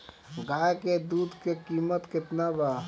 गाय के दूध के कीमत केतना बा?